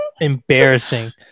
embarrassing